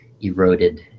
eroded